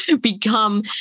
become